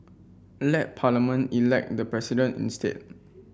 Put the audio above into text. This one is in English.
let Parliament elect the President instead